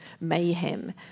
mayhem